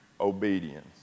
obedience